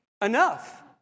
enough